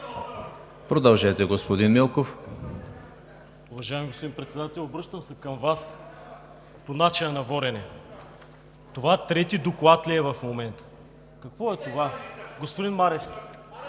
за България): Уважаеми господин Председател, обръщам се към Вас по начина на водене. Това трети доклад ли е в момента? Какво е това, господин Марешки?